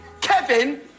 Kevin